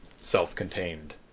self-contained